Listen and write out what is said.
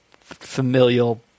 familial